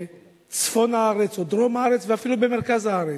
בצפון הארץ או בדרום הארץ, ואפילו במרכז הארץ.